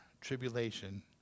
tribulation